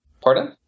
Pardon